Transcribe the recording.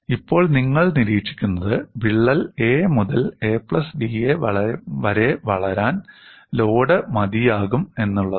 ഇപ്പോൾ നിങ്ങൾ നിരീക്ഷിക്കുന്നത് വിള്ളൽ 'a' മുതൽ 'a പ്ലസ് da' വരെ വളരാൻ ലോഡ് മതിയാകും എന്നതാണ്